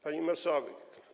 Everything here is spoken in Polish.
Pani Marszałek!